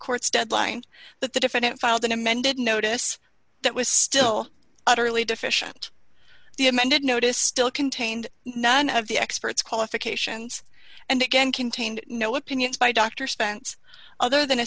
court's deadline that the defendant filed an amended notice that was still utterly deficient the amended notice still contained none of the experts qualifications and again contained no opinions by dr spence other than a